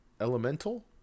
Elemental